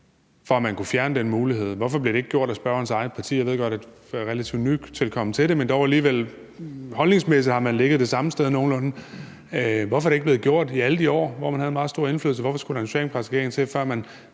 for at man kunne fjerne den mulighed? Hvorfor blev det ikke gjort af spørgerens eget parti? Jeg ved godt, han er relativt nytilkommen, men holdningsmæssigt har man dog ligget nogenlunde det samme sted. Hvorfor er det ikke blevet gjort i alle de år, hvor man havde en meget stor indflydelse? Hvorfor skulle der en socialdemokratisk regering til, før man